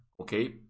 okay